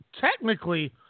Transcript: technically